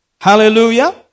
Hallelujah